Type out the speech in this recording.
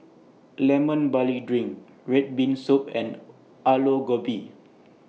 Lemon Barley Drink Red Bean Soup and Aloo Gobi